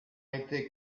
été